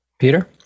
Peter